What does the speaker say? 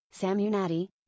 Samunati